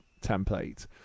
template